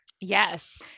Yes